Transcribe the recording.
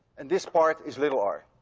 and this part is little r.